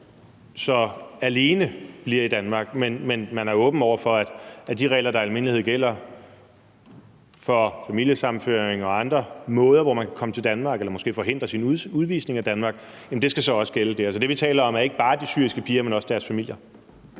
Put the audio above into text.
så alene bliver i Danmark, men man er åben over for, at de regler, der i almindelighed gælder for familiesammenføring og andre måder, hvorpå man kan komme til Danmark, eller måske forhindre sin udvisning af Danmark, også skal gælde der? Så det, vi taler om, er ikke bare de syriske piger, men også deres familier?